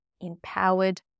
empowered